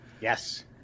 yes